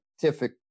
scientific